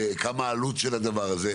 כמה העלות של הדבר הזה.